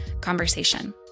conversation